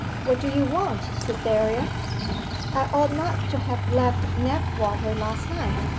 what do you want, cytherea i ought not to have left knapwater last night.